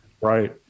right